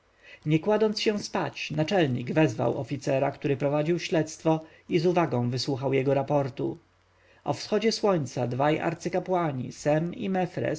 nie kładąc się spać naczelnik wezwał oficera który prowadził śledztwo i z uwagą wysłuchał jego raportu o wschodzie słońca dwaj arcykapłani sem i mefres